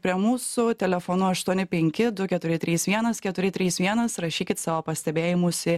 prie mūsų telefonu aštuoni penki du keturi trys vienas keturi trys vienas rašykit savo pastebėjimus į